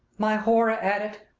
my horror at it.